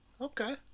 Okay